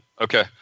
Okay